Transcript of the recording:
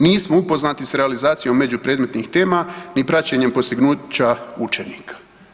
Nismo upoznati sa realizacijom među predmetnih tema ni praćenjem postignuća učenika.